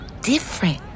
different